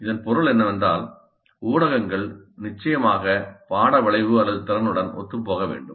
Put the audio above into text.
இதன் பொருள் என்னவென்றால் ஊடகங்கள் நிச்சயமாக பாட விளைவு அல்லது திறனுடன் ஒத்துப்போக வேண்டும்